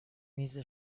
میز